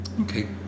Okay